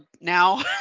now